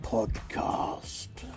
Podcast